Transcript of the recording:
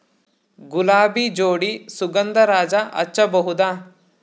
ಗುಲಾಬಿ ಜೋಡಿ ಸುಗಂಧರಾಜ ಹಚ್ಬಬಹುದ?